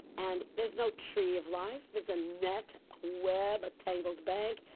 and there's no tree of life, there's a net, a web, a tangled bank,